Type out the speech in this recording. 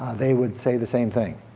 they would say the same thing.